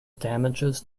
damages